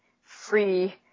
free